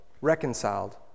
reconciled